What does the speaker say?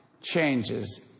changes